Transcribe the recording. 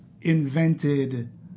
invented